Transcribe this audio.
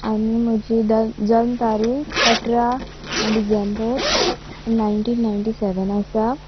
आनी म्हजी जल्म तारीक अठरा डिसेंबर नायनटीन नायनटी सॅवन आसा